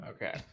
Okay